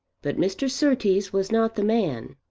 but mr. surtees was not the man.